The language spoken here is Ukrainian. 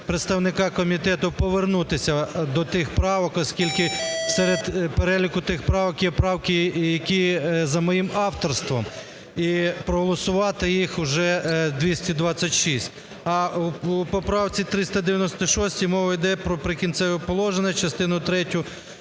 представника комітету повернутися до тих правок, оскільки серед переліку тих правок є правки, які за моїм авторством, і проголосувати їх уже 226. А у поправці 396 мова йде про "Прикінцеві положення", частину